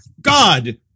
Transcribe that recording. God